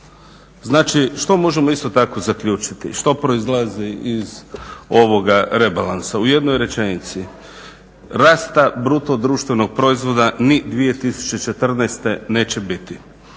Znači, što možemo isto tako zaključiti, što proizlazi iz ovoga rebalansa? U jednoj rečenici, rasta bruto društvenog proizvoda ni 2014. neće biti,